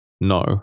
No